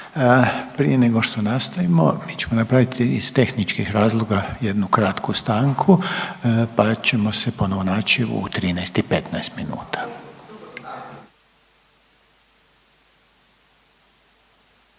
Prije nego što nastavimo mi ćemo napraviti iz tehničkih razloga jednu kratku stanku, pa ćemo se ponovo naći u 13 i 15 minuta.